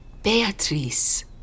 Beatrice